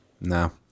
No